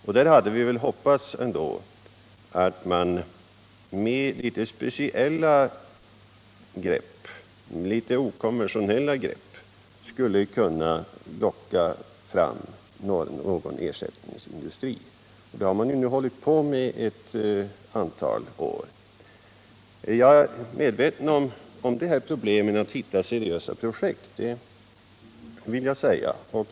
Vi hade väl ändå hoppats att man med litet okonventionella grepp skulle kunna locka fram någon ersättningsindustri — det har man ju hållit på med ett antal år. Jag är medveten om problemet att hitta seriösa projekt — det vill jag säga.